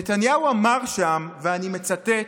נתניהו אמר שם, ואני מצטט,